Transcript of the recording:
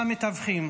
המתווכים.